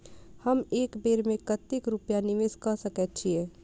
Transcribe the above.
हम एक बेर मे कतेक रूपया निवेश कऽ सकैत छीयै?